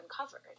uncovered